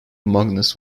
magnus